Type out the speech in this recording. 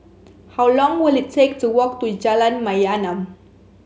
how long will it take to walk to Jalan Mayaanam